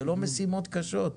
זה לא משימות קשות,